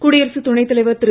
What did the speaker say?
குடியரசுத் துணைத் தலைவர் திரு